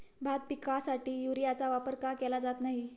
भात पिकासाठी युरियाचा वापर का केला जात नाही?